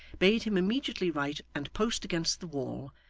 bade him immediately write and post against the wall,